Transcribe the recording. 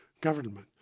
government